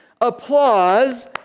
applause